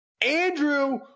Andrew